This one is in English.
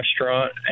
restaurant